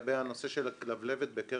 למה אטמתם את הביצה ואת הקנים סביבה?